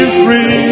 free